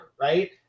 right